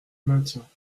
maintiens